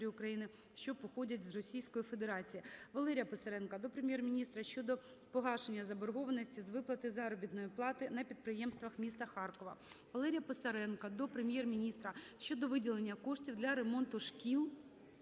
Валерія Писаренка до Прем'єр-міністра щодо погашення заборгованості з виплати заробітної плати на підприємствах міста Харкова. Валерія Писаренка до Прем'єр-міністра щодо виділення коштів для ремонту шкіл